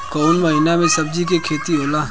कोउन महीना में सब्जि के खेती होला?